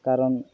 ᱠᱟᱨᱚᱱ